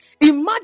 Imagine